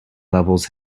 levels